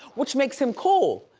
which makes him cool.